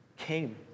Came